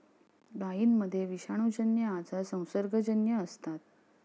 गायींमध्ये विषाणूजन्य आजार संसर्गजन्य असतात